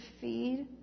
feed